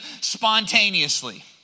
spontaneously